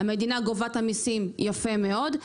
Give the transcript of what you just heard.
המדינה גובה מיסים יפה מאוד.